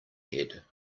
head